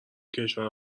کشور